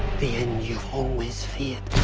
the end you've always feared